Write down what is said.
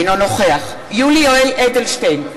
אינו נוכח יולי יואל אדלשטיין,